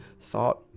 thought